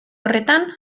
horretan